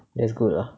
that's good lah